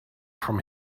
from